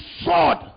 sword